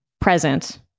present